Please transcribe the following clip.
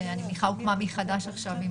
שאני מניחה הוקמה מחדש עכשיו.